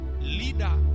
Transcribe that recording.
leader